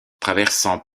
traversant